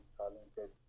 talented